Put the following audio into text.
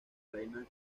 reina